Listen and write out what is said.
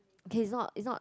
okay is not is not